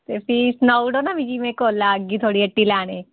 ते फ्ही सनाई ओड़ो ना मिगी में कोल्लै औह्गी थुआड़ी हट्टी लैने ईं